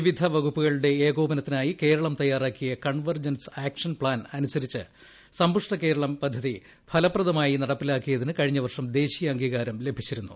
വിവിധ വകുപ്പുകളുടെഏകോപനത്തിനായികേരളംതയാറാക്കിയ convergence action plan അനുസരിച്ച് സമ്പുഷ്ട കേരളം പദ്ധതി ഫലപ്രദമായി നടപ്പിലാക്കിയതിന് കഴിഞ്ഞവർഷംദേശീയഅംഗീകാരംലഭിച്ചിരുന്നു